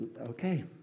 Okay